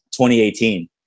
2018